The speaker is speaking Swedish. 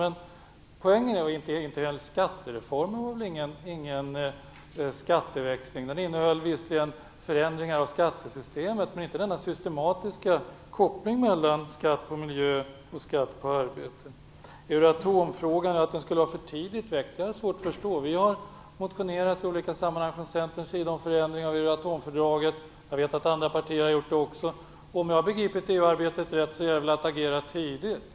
Men skattereformen var väl ingen skatteväxling. Den innehöll visserligen förändringar av skattesystemet, men det var inte fråga om någon systematisk koppling mellan skatt på miljö och skatt på arbete. Miljöministern säger att Euratomfrågan skulle vara för tidigt väckt, men det har jag svårt att förstå. Centern har i olika sammanhang motionerat om förändringar i Euratomfördraget, och jag vet att också andra partier har gjort det. Om jag har begripit EU arbetet rätt gäller det att agera tidigt.